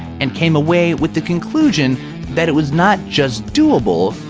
and came away with the conclusion that it was not just doable,